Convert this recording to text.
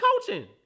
coaching